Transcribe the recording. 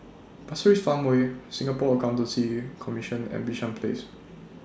Pasir Ris Farmway Singapore Accountancy Commission and Bishan Place